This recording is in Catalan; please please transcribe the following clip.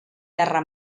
terra